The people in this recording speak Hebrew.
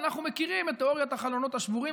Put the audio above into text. ואנחנו מכירים את תיאוריית החלונות השבורים,